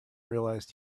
realized